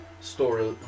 story